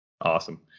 Awesome